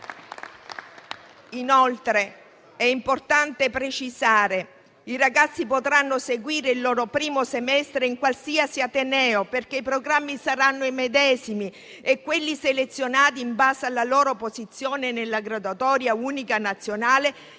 Inoltre è importante precisare che i ragazzi potranno seguire il loro primo semestre in qualsiasi ateneo, perché i programmi saranno i medesimi, e che quelli selezionati in base alla loro posizione nella graduatoria unica nazionale